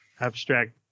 abstract